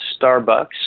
Starbucks